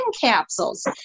capsules